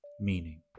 meaning